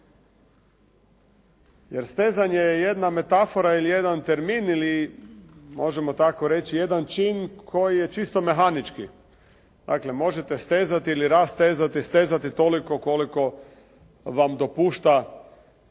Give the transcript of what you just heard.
Jer stezanje je jedna metafora ili jedan termin ili možemo tako reći jedan čin koji je čisto mehanički, dakle, možete stezati ili rastezati, stezati toliko koliko vam dopušta ono